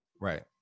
right